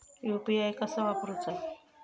UPI कसा वापरूचा?